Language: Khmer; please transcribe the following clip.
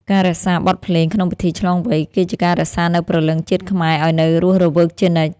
ការរក្សាបទភ្លេងក្នុងពិធីឆ្លងវ័យ គឺជាការរក្សានូវព្រលឹងជាតិខ្មែរឱ្យនៅរស់រវើកជានិច្ច។